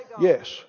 Yes